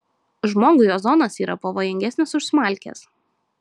žmogui ozonas yra pavojingesnis už smalkes